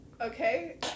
okay